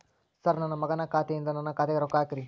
sir ನನ್ನ ಮಗನ ಖಾತೆ ಯಿಂದ ನನ್ನ ಖಾತೆಗ ರೊಕ್ಕಾ ಹಾಕ್ರಿ